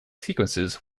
sequences